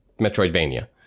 metroidvania